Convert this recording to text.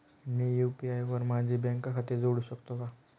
मी UPI वर माझे bank खाते जोडू शकतो का?